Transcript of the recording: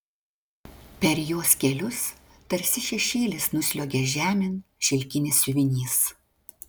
per jos kelius tarsi šešėlis nusliuogia žemėn šilkinis siuvinys